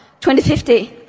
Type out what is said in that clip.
2050